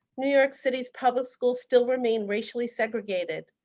new york city's public school stills remain racially segregated.